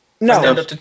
No